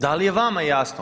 Da li je vama jasno?